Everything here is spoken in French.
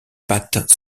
pattes